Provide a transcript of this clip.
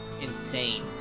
insane